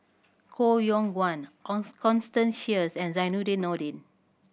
Koh Yong Guan Constance Sheares and Zainudin Nordin